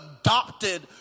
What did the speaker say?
adopted